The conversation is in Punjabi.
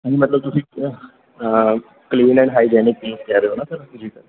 ਮਤਲਬ ਤੁਸੀਂ ਕਲੀਨ ਐਂਡ ਹਾਈਜੈਨਿਕ ਪਲੇਸ ਕਹਿ ਰਹੇ ਹੋ ਨਾ ਸਰ ਜੀ ਸਰ